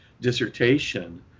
dissertation